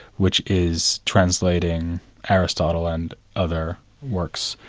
which is translating aristotle and other works,